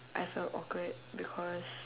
I felt awkward because